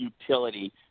utility